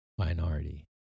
minority